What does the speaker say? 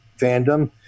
fandom